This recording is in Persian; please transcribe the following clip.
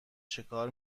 چکار